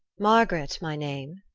margaret my name,